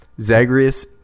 Zagreus